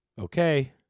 okay